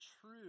true